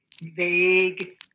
vague